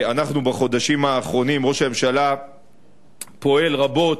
בחודשים האחרונים ראש הממשלה פועל רבות